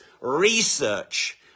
research